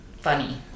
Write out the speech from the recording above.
funny